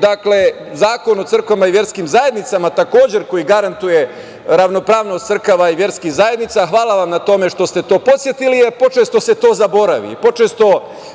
takođe, Zakon o crkvama i verskim zajednicama, koji garantuje ravnopravnost crkava i verskih zajednica, hvala vam tome što ste to podsetili, počesto se to zaboravi. Jer,